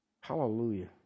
Hallelujah